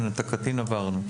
את הקטין עברנו.